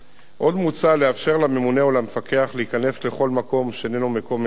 עוד מוצע לאפשר לממונה או למפקח להיכנס לכל מקום שאיננו מקום מגורים,